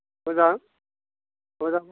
मोजां मोजां